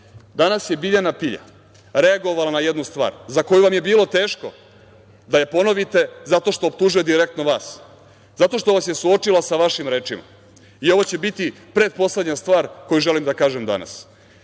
danas je Biljana Pilja reagovala na jednu stvar za koju vam je bilo teško da je ponovite zato što optužuje direktno vas, zato što vas je suočila sa vašim rečima. Ovo će biti pretposlednja stvar koju želim da kažem danas.